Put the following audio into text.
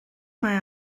mae